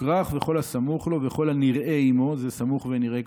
"וכרך וכל הסמוך לו וכל הנראה עמו" זה סמוך ונראה,